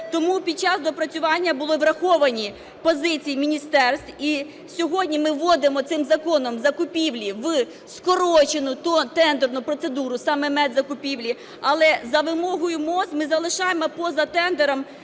Тому під час доопрацювання були враховані позиції міністерств і сьогодні ми вводимо цим законом закупівлі в скорочену тендерну процедуру, саме медзакупівлі, але за вимогою МОЗ ми залишаємо поза тендером